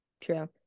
True